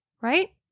right